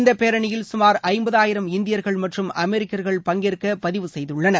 இந்த பேரணியில் சுமார் ஜம்பதாயிரம் இந்தியர்கள் மற்றும் அமெரிக்கர்கள் பங்கேற்க பதிவு செய்துள்ளனர்